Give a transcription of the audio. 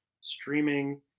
streaming